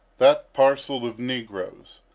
that parcel of negroes,